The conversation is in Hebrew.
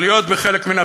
שיהיה ברור.